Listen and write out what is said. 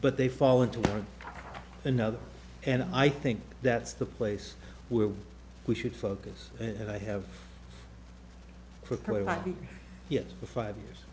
but they fall into one another and i think that's the place where we should focus and i have for probably likely yes for five years